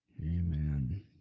Amen